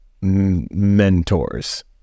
mentors